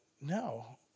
no